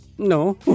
No